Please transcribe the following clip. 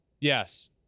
yes